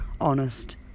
honest